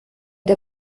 der